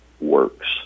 works